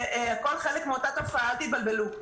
זה הכול חלק מאותה תופעה, אל תתבלבלו.